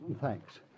Thanks